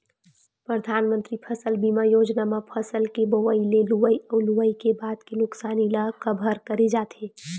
परधानमंतरी फसल बीमा योजना म फसल के बोवई ले लुवई अउ लुवई के बाद के नुकसानी ल कभर करे जाथे